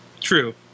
True